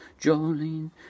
Jolene